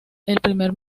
primer